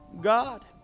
God